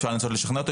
אפשר לנסות לשכנע אתו,